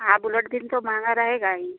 हाँ Bullet king तो महंगी रहेगी ही